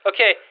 Okay